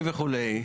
וכו'.